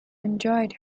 enjoyed